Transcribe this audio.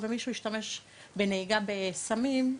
ומישהו השתמש בנהיגה בסמים,